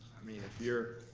i mean, if you're